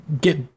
get